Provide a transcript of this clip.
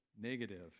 negative